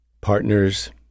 partners